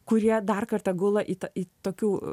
kurie dar kartą gula į tą į tokių